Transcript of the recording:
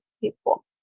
people